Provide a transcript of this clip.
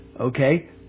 okay